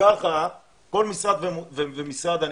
כך כל משרד ומשרד,